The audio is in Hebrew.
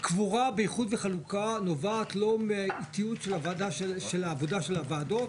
הקבורה באיחוד וחלוקה נובעת לא מאיטיות של העבודה של הוועדות,